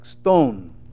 stone